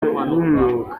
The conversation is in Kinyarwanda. b’umwuga